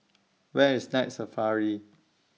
Where IS Night Safari